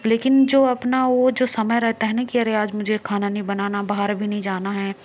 लेकिन जो अपना वह जो समय रहता है न कि अरे आज मुझे खाना नहीं बनाना बाहर भी नहीं जाना है